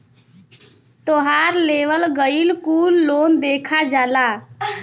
तोहार लेवल गएल कुल लोन देखा जाला